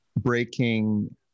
breaking